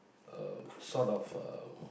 uh sort of uh